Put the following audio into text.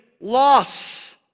loss